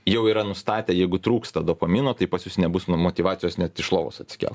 jau yra nustatę jeigu trūksta dopamino tai pas jus nebus nu motyvacijos net iš lovos atsikelt